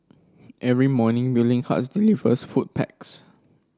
every morning Willing Hearts food packs